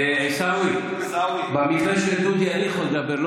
עיסאווי, במקרה של דודי אני יכול לדבר.